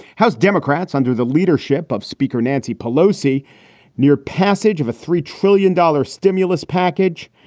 house democrats under the leadership of speaker nancy pelosi near passage of a three trillion dollar stimulus package.